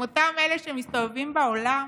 הם אותם אלה שמסתובבים בעולם,